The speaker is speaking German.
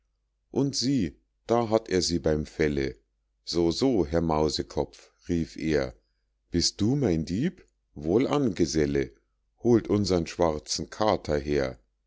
und sieh da hatt er sie bei'm felle so so herr mausekopf rief er bist du mein dieb wohlan geselle holt unsern schwarzen kater her